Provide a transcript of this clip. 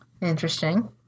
Interesting